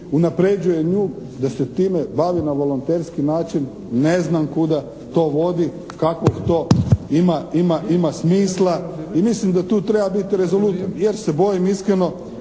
unapređuje nju, da se time bavi na volonterski način. Ne znam kuda to vodi, kakvog to ima, ima smisla? I mislim da tu treba biti rezolutan jer se bojim iskreno